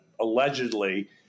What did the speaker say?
allegedly